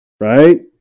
right